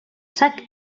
sac